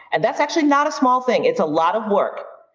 and that's actually not a small thing. it's a lot of work.